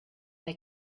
they